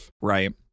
Right